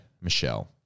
Michelle